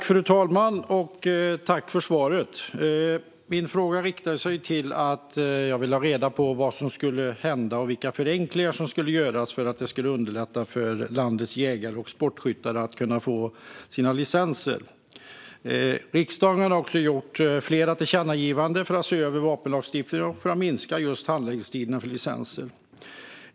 Fru talman! Jag tackar för svaret. Syftet med min interpellation var att jag ville ha reda på vad som ska hända och vilka förenklingar som ska göras för att underlätta för landets jägare och sportskyttar att få sina licenser. Riksdagen har gjort flera tillkännagivanden om att se över vapenlagstiftningen och minska handläggningstiderna för licenser.